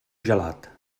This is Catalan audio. gelat